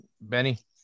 Benny